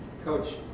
Coach